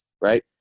right